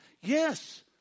Yes